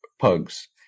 pugs